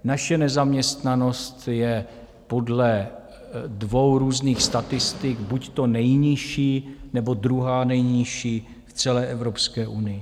Naše nezaměstnanost je podle dvou různých statistik buďto nejnižší, nebo druhá nejnižší v celé Evropské unii.